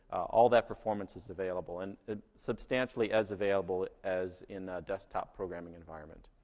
all that performance is available and substantially as available as in a desktop programming environment.